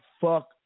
fuck